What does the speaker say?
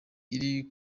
iri